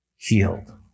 Healed